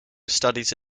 studied